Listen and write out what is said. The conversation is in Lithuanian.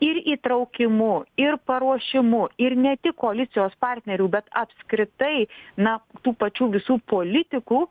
ir įtraukimu ir paruošimu ir ne tik koalicijos partnerių bet apskritai na tų pačių visų politikų